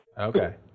Okay